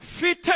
Fitted